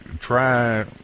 try